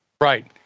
Right